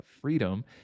freedom